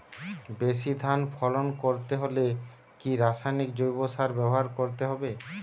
বেশি ধান ফলন করতে হলে কি রাসায়নিক জৈব সার ব্যবহার করতে হবে?